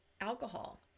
alcohol